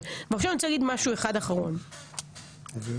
אין לנו ויכוח,